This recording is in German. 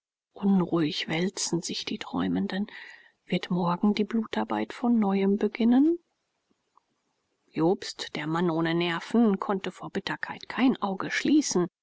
unruhig wälzen sich die träumenden wird morgen die blutarbeit von neuem beginnen jobst der mann ohne nerven konnte vor bitterkeit kein auge schließen